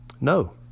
No